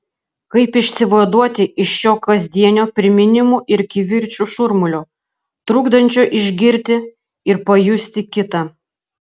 kaip išsivaduoti iš šio kasdienio priminimų ir kivirčų šurmulio trukdančio išgirti ir pajusti kitą